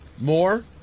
More